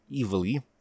evilly